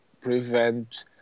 prevent